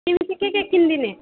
किन्नु चाहिँ के के किन्दिने